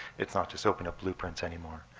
it's not just open up blueprints anymore.